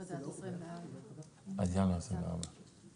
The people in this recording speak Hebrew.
ועוד סדר גדול של כ-100 אלף למי שהוא בתשלום שנתי.